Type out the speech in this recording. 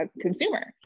consumer